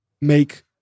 make